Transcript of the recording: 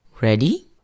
Ready